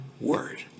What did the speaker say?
Word